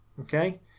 okay